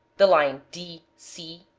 the line d, c,